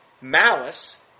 Malice